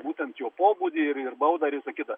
būtent jo pobūdį ir ir baudą ir visa kita